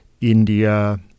India